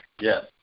Yes